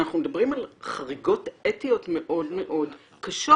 אנחנו מדברים על חריגות אתיות מאוד מאוד קשות,